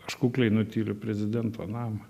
aš kukliai nutyliu prezidento namą